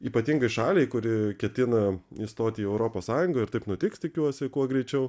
ypatingai šaliai kuri ketina įstoti į europos sąjungą ir taip nutiks tikiuosi kuo greičiau